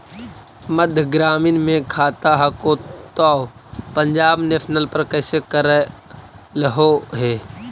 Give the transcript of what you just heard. मध्य ग्रामीण मे खाता हको तौ पंजाब नेशनल पर कैसे करैलहो हे?